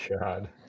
God